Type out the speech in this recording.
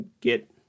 get